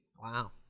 Wow